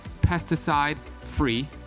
pesticide-free